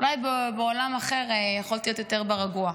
אולי בעולם אחר יכולתי להיות יותר ברגוע.